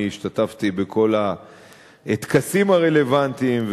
אני השתתפתי בכל הטקסים הרלוונטיים.